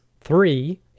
Three